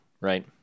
Right